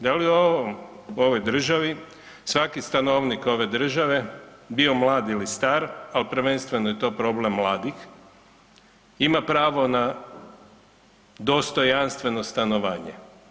Da li u ovom, u ovoj državi svaki stanovnik ove države, bio mlad ili star, ali prvenstveno je to problem mladih, ima pravo na dostojanstveno stanovanje.